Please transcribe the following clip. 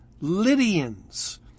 Lydians